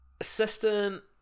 assistant